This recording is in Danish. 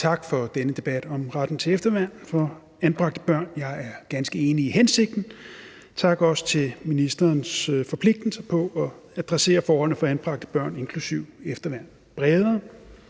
Tak for denne debat om retten til efterværn for anbragte børn – jeg er ganske enig i hensigten – og også tak for ministerens forpligtelser på at adressere forholdene for anbragte børn, inklusive efterværn, bredere.